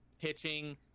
Pitching